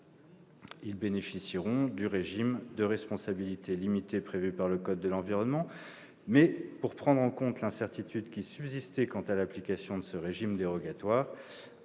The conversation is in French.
Ils bénéficieront du régime de responsabilité limitée prévu par le code de l'environnement. Cependant, pour prendre en compte l'incertitude qui subsistait quant à l'application de ce régime dérogatoire